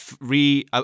re